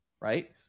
right